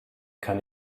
kann